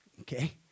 Okay